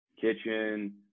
kitchen